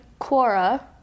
Quora